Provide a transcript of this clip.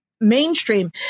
mainstream